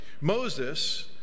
Moses